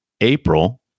April